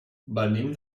venim